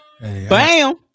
bam